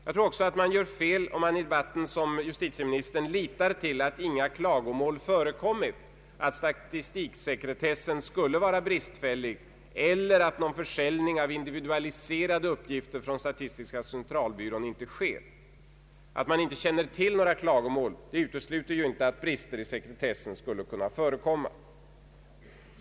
Jag tror också att man gör fel om man som justitieministern litar till att inga klagomål förekommit om att statistiksekretessen skulle vara bristfällig eller att någon försäljning av individualiserade uppgifter från statistiska centralbyrån inte sker. Att man inte känner till några klagomål utesluter givetvis inte att brister i sekretessen skulle kunna förekomma.